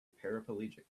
paraplegic